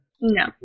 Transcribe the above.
No